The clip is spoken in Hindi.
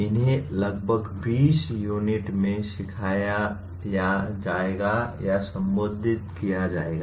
इन्हें लगभग 20 यूनिट में सिखाया जाएगा या संबोधित किया जाएगा